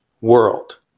world